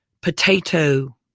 potato